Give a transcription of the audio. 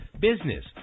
business